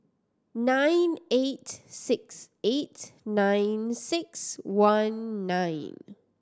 nine eight six eight nine six one nine